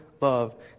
love